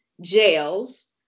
jails